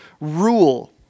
rule